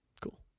cool